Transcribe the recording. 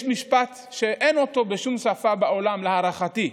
יש משפט שאין בשום שפה בעולם, להערכתי.